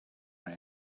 want